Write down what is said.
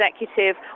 executive